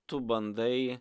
tu bandai